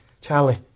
Charlie